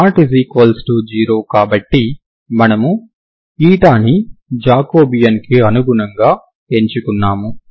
η≠0 కాబట్టి మనము ని జాకోబియన్ కి అనుగుణంగా ఎంచుకున్నాము